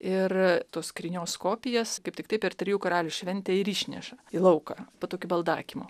ir tos skrynios kopijas kaip tiktai per trijų karalių šventę ir išneša į lauką po tokiu baldakimu